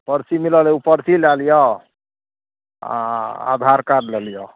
परची मिलल यऽ ओ परची लै लिअऽ आधार कार्ड लै लिअऽ